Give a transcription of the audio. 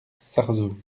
sarzeau